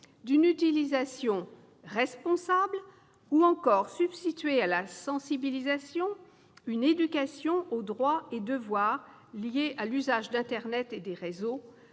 d'une utilisation « responsable » de ces outils ou substituer à la « sensibilisation » une « éducation » aux droits et devoirs liés à l'usage d'internet et des réseaux